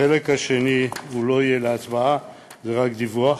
החלק השני לא יהיה להצבעה, זה רק דיווח.